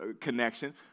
connection